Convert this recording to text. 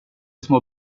små